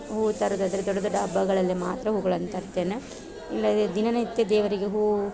ಹೂ ತರುವುದಾದ್ರೆ ದೊಡ್ಡ ದೊಡ್ಡ ಹಬ್ಬಗಳಲ್ಲಿ ಮಾತ್ರ ಹೂಗಳನ್ನು ತರ್ತೇನೆ ಇಲ್ಲದೆ ದಿನನಿತ್ಯ ದೇವರಿಗೆ ಹೂ